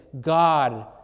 God